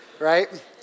right